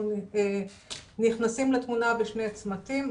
אנחנו נכנסים לתמונה בשני צמתים,